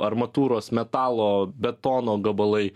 armatūros metalo betono gabalai